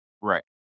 Right